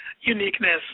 uniqueness